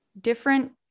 different